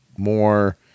more